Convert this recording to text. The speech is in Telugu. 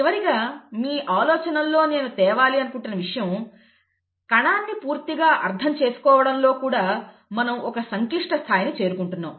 చివరిగా మీ ఆలోచనల్లో నేను తేవాలి అనుకుంటున్న విషయం కణాన్ని పూర్తిగా అర్థం చేసుకోవడంలో కూడా మనం ఒక సంక్లిష్టత స్థాయిని చేరుకుంటున్నాం